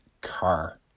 car